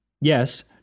Yes